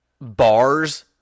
bars